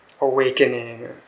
awakening